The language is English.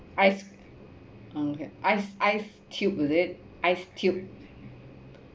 ice orh okay ice ice cube is it ice cube